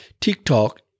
TikTok